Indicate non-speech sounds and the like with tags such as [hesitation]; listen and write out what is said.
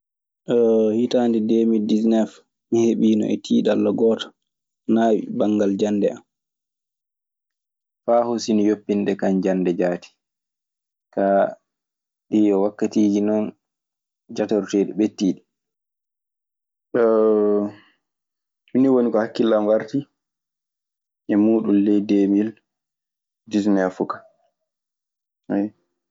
[hesitation] hitaande deemil diseneef, mi heɓiino e tiiɗalla gooto, nawi banngal jannde am. Ɗun nii woni ko hakkillan warti e muuɗun ley deemil disneefu ka.